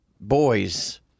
boys